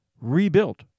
rebuilt